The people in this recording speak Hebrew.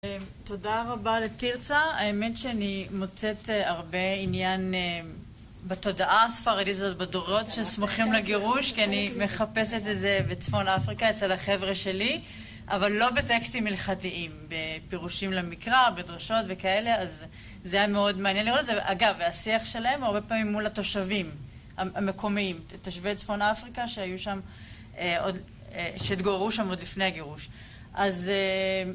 תודה רבה לתרצה. האמת שאני מוצאת הרבה עניין בתודעה הספרדית זאת בדורות שסמוכים לגירוש כי אני מחפשת את זה בצפון אפריקה אצל החבר'ה שלי אבל לא בטקסטים הלכתיים, בפירושים למקרא, בדרשות וכאלה, אז זה היה מאוד מעניין לראות. זה, אגב, השיח שלהם הרבה פעמים מול התושבים המקומיים, תושבי צפון אפריקה שהיו שם שהתגוררו שם עוד לפני הגירוש, אז...